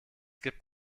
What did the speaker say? gibt